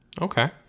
Okay